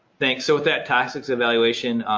thanks, so with that toxics evaluation,